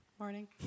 Morning